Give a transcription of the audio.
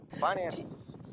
Finances